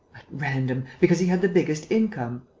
random. because he had the biggest income.